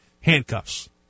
handcuffs